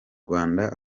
rwanda